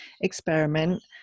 experiment